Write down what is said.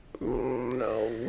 No